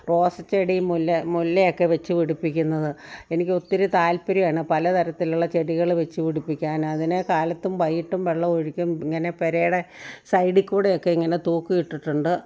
റോസച്ചെടി മുല്ല മുല്ലയൊക്കെ വെച്ച് പിടിപ്പിക്കുന്നത് എനിക്ക് ഒത്തിരി താല്പര്യമാണ് പലതരത്തിലുള്ള ചെടികൾ വെച്ച് പിടിപ്പിക്കാൻ അതിന് കാലത്തും വൈകിട്ടും വെള്ളമൊഴിക്കും ഇങ്ങനെ പെരേടെ സൈഡിക്കൂടെ ഒക്കെ ഇങ്ങനെ തൂക്കിയിട്ടിട്ടുണ്ട്